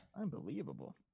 Unbelievable